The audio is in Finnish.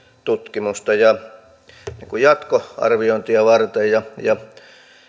tutkimusta ja niin kuin jatkoarviointia varten ja ja